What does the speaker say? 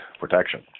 protection